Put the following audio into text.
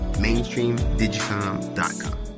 MainstreamDigicom.com